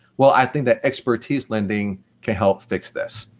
well, i think that expertise-lending can help fix this.